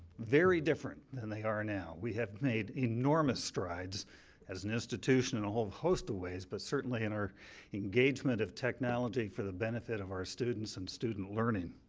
very different than they are now. we have made enormous strides as an institution in a whole host of ways, but certainly in our engagement of technology for the benefit of our students and student learning.